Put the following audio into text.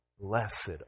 blessed